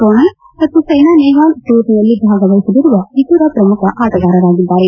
ಪ್ರಣೋಯ್ ಮತ್ತು ಸ್ನೆನಾ ನೇಹವಾಲ್ ಟೂರ್ನಿಯಲ್ಲಿ ಭಾಗವಹಿಸಲಿರುವ ಇತರೆ ಪ್ರಮುಖ ಆಟಗಾರರಿದ್ದಾರೆ